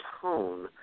tone